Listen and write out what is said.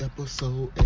Episode